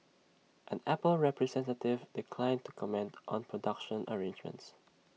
an Apple representative declined to comment on production arrangements